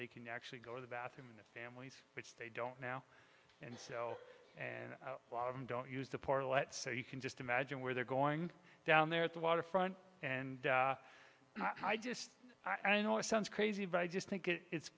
ey can actually go to the bathroom and families which they don't now and so and a lot of them don't use the poor let's say you can just imagine where they're going down there at the waterfront and i just i know it sounds crazy but i just think it's